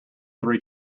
three